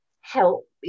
help